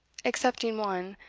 excepting one,